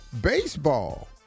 Baseball